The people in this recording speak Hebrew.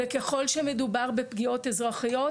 ככל שמדובר בפגיעות אזרחיות,